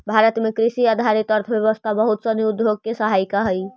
भारत में कृषि आधारित अर्थव्यवस्था बहुत सनी उद्योग के सहायिका हइ